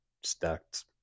stacked